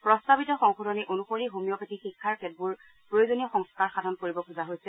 প্ৰস্তাৱিত সংশোধনী অনুসৰি হোমিঅ'পেথি শিক্ষাৰ কেতবোৰ প্ৰয়োজনীয় সংস্কাৰ সাধন কৰিব খোজা হৈছে